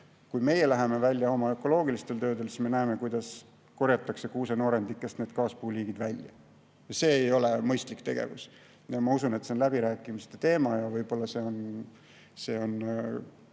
Kui meie läheme välja ökoloogilist tööd tegema, siis me näeme, kuidas korjatakse kuusenoorendikust kaaspuuliigid välja. See ei ole mõistlik tegevus. Ma usun, et see on läbirääkimiste teema ja võib-olla see on